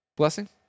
Blessing